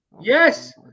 Yes